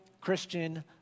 Christian